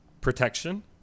protection